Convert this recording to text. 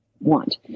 Want